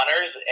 honors